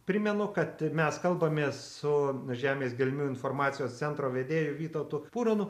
primenu kad mes kalbamės su žemės gelmių informacijos centro vedėju vytautu puronu